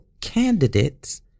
candidates